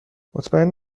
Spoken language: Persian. مطمئن